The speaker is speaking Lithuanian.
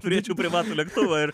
turėčiau privatų lėktuvą ir